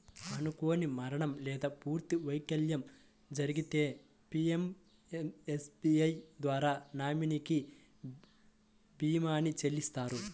అనుకోని మరణం లేదా పూర్తి వైకల్యం జరిగితే పీయంఎస్బీఐ ద్వారా నామినీకి భీమాని చెల్లిత్తారు